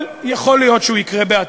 אבל יכול להיות שהוא יקרה בעתיד.